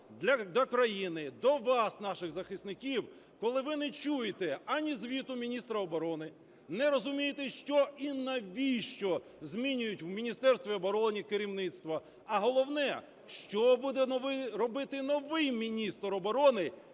до країни, до вас, наших захисників, коли ви не чуєте ані звіту міністра оборони, не розумієте, що і навіщо змінюють в Міністерстві оборони керівництво, а головне, що буде робити новий міністр оборони